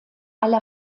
aller